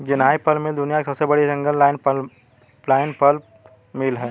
Jinhai pulp mill दुनिया की सबसे बड़ी सिंगल लाइन पल्प मिल है